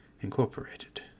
Incorporated